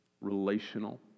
relational